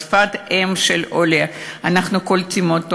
בשפת האם של העולה אנחנו קולטים אותו.